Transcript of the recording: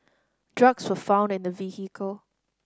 drugs were found in the vehicle